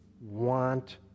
want